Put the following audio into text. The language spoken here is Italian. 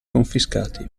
confiscati